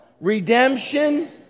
Redemption